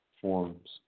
forms